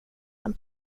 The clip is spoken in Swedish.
den